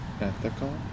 ethical